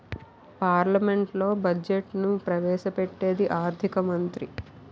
పార్లమెంట్లో బడ్జెట్ను ప్రవేశ పెట్టేది ఆర్థిక మంత్రి